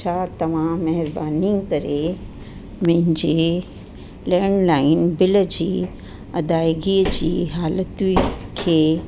छा तव्हां महिरबानी करे मुंहिंजे लैंडलाइन बिल जी अदाइगी जी हालतुनि खे